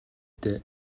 дээ